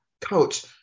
coach